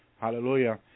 Hallelujah